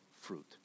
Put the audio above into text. fruit